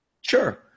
Sure